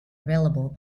available